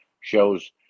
shows